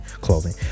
clothing